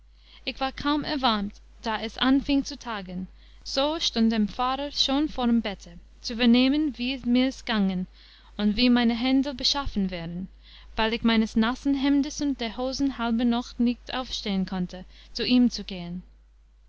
ich war kaum erwarmt da es anfieng zu tagen so stund der pfarrer schon vorm bette zu vernehmen wie mirs gangen und wie meine händel beschaffen wären weil ich meines nassen hemdes und der hosen halber noch nicht aufstehen konnte zu ihm zu gehen